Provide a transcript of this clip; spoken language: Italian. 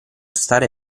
stare